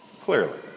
clearly